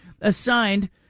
assigned